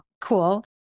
Cool